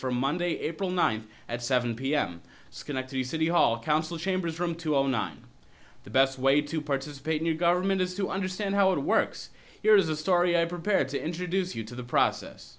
for monday april ninth at seven p m schenectady city hall council chambers from two all nine the best way to participate in your government is to understand how it works here is a story i prepared to introduce you to the process